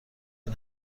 این